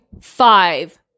five